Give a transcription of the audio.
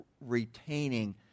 retaining